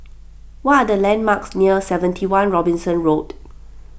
what are the landmarks near seventy one Robinson Road